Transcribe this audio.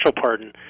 pardon